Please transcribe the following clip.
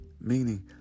Meaning